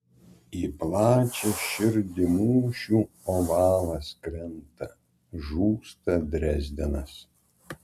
į plačią širdį mūšių ovalas krenta žūsta drezdenas